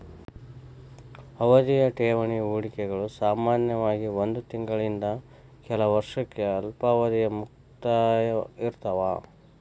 ಅವಧಿಯ ಠೇವಣಿ ಹೂಡಿಕೆಗಳು ಸಾಮಾನ್ಯವಾಗಿ ಒಂದ್ ತಿಂಗಳಿಂದ ಕೆಲ ವರ್ಷಕ್ಕ ಅಲ್ಪಾವಧಿಯ ಮುಕ್ತಾಯ ಇರ್ತಾವ